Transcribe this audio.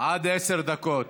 עד עשר דקות.